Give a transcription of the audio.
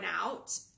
out